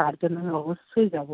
তার জন্য আমি অবশ্যই যাব